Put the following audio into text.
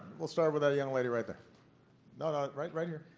we'll start with that young lady right there no, no, right right here.